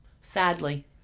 Sadly